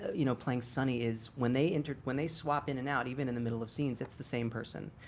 you know playing sonny is when they entered when they swap in and out even in the middle of scenes it's the same person.